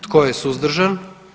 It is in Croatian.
Tko je suzdržan?